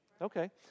Okay